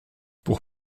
pour